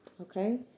Okay